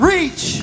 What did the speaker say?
Reach